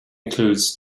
includes